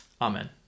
Amen